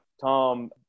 Tom